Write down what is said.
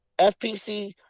FPC